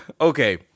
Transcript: Okay